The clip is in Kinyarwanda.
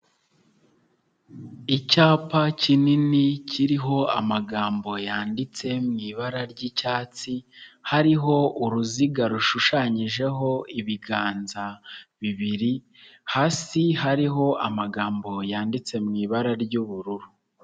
Icyapa kinini kiriho amagambo yanditse mu ibara ry'icyatsi, hariho uruziga rushushanyijeho ibiganza bibiri, hasi hariho amagambo yanditse mu ibara ry'ubururu.